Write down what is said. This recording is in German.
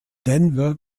denver